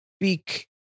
speak